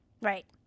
Right